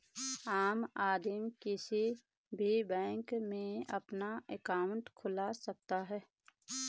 आम आदमी किसी भी बैंक में अपना अंकाउट खुलवा सकता है